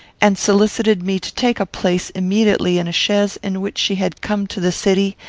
and solicited me to take a place immediately in a chaise in which she had come to the city,